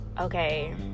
okay